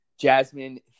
Jasmine